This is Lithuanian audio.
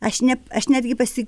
aš ne aš netgi pasi